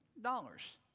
dollars